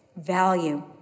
Value